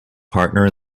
partner